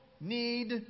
need